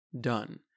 done